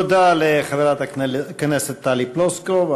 תודה לחברת הכנסת טלי פלוסקוב.